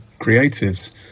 creatives